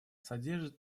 содержит